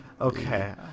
Okay